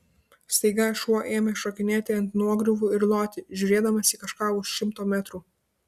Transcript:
staiga šuo ėmė šokinėti ant nuogriuvų ir loti žiūrėdamas į kažką už šimto metrų